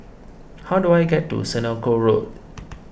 how do I get to Senoko Road